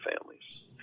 families